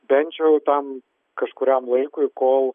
bent jau tam kažkuriam laikui kol